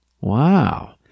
Wow